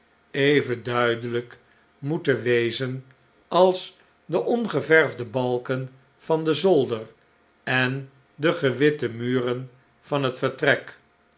even duidelijk moeten wezen als de ongeverfde balken van den zolder en de gewitte muren van het vertrek